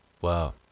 Wow